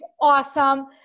awesome